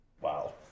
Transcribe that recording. Wow